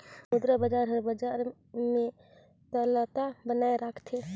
मुद्रा बजार हर बजार में तरलता बनाए राखथे